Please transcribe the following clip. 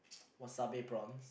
wasabi prawns